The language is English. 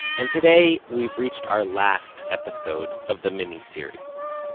and today we've reached our last episode of the miniseries,